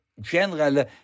general